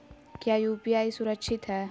की यू.पी.आई सुरक्षित है?